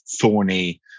thorny